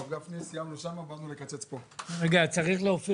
צריך לקיים